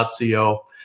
.co